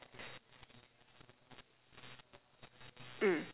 mm